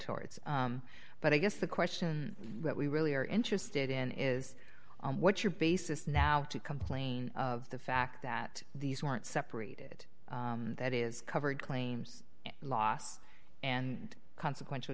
towards but i guess the question that we really are interested in is what's your basis now to complain the fact that these weren't separated that is covered claims loss and consequential